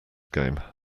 game